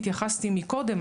התייחסתי קודם,